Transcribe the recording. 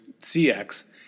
CX